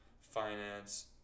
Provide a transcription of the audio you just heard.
finance